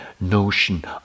notion